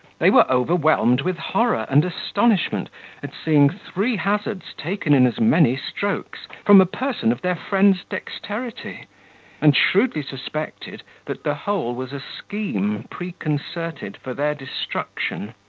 they were overwhelmed with horror and astonishment at seeing three hazards taken in as many strokes, from a person of their friend's dexterity and shrewdly suspected, that the whole was a scheme preconcerted for their destruction.